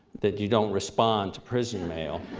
that you don't respond to prison mail,